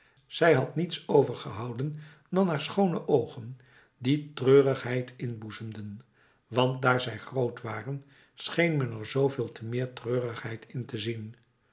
zij had niets overgehouden dan haar schoone oogen die treurigheid inboezemden want daar zij groot waren scheen men er zooveel te meer treurigheid in te zien